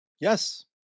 Yes